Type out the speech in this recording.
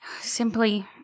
Simply